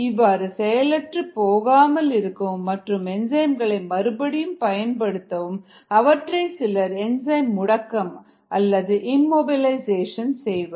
இவ்வாறு செயலற்று போகாமல் இருக்கவும் மற்றும் என்சைம்களை மறுபடியும் பயன்படுத்தவும் அவற்றை சிலர் என்சைம் முடக்கம் அல்லது இம்மோபிலைசேஷன் செய்வர்